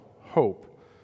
hope